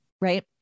Right